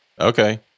Okay